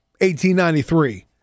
1893